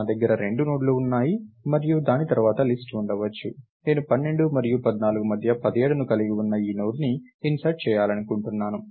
నా దగ్గర 2 నోడ్లు ఉన్నాయి మరియు దాని తర్వాత లిస్ట్ ఉండవచ్చు నేను 12 మరియు 14 మధ్య 17ని కలిగి ఉన్న ఈ నోడ్ని ఇన్సర్ట్ చేయాలనుకుంటున్నాను